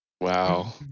Wow